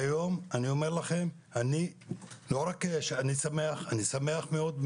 היום אני לא רק שמח, אני שמח מאוד.